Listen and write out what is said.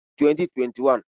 2021